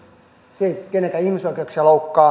se ei kenenkään ihmisoikeuksia loukkaa